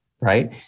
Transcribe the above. right